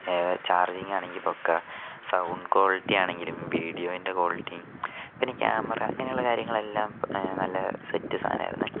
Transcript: charging ആണെങ്കിൽ പക്കാ sound quality ആണെങ്കിലും വിഡിയോൻ്റെ ക്വാളിറ്റി പിന്നെ ക്യാമറ അങ്ങനെയുള്ള കാര്യങ്ങൾ എല്ലാം നല്ല സെറ്റ് സാധനമായിരുന്നു